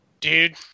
Dude